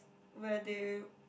where they